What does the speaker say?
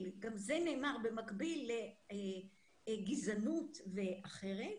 במקביל לגזענות ואחרת